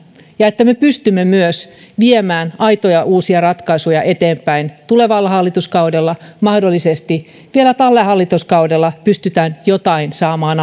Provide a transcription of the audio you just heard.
ja että me pystymme myös viemään aitoja uusia ratkaisuja eteenpäin tulevalla hallituskaudella mahdollisesti vielä tällä hallituskaudella pystytään jotain saamaan